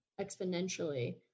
exponentially